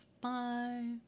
Bye